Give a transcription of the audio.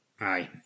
Aye